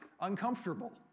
uncomfortable